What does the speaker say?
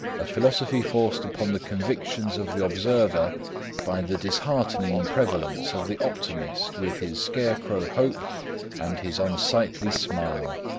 a philosophy forced upon the convictions of the observer by the disheartening prevalence of the optimist with his scarecrow hope and his unsightly smile.